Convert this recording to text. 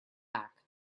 back